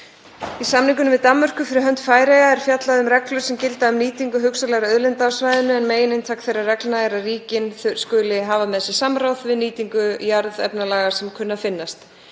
Í samningnum við Danmörku fyrir hönd Færeyja er fjallað um reglur sem gilda um nýtingu hugsanlegra auðlinda á svæðinu en megininntak þeirra reglna er að ríkin skuli hafa með sér samráð við nýtingu jarðefnalaga sem kunna að finnast.